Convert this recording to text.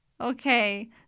okay